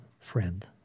friend